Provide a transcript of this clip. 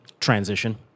transition